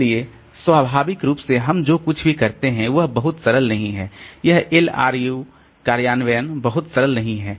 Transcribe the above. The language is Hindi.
इसलिए स्वाभाविक रूप से हम जो कुछ भी करते हैं वह बहुत सरल नहीं है यह LRU कार्यान्वयन बहुत सरल नहीं है